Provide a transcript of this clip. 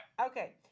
Okay